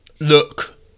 look